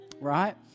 right